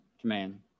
command